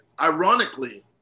ironically